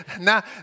Now